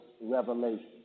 revelation